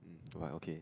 like okay